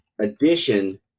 addition